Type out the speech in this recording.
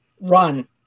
Run